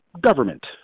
government